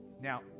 Now